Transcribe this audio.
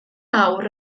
nawr